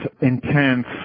intense